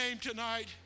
tonight